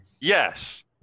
Yes